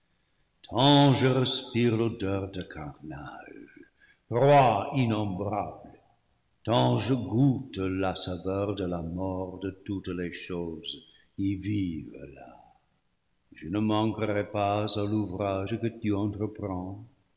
je respire l'odeur de carnage proie innombrable tant je goûte la saveur de la mort de toutes les choses qui vivent là je ne manquerai pas à l'ouvrage que tu entreprends